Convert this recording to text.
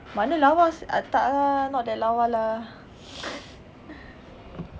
mana lawa seh eh tak ah not that lawa lah